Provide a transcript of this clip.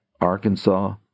Arkansas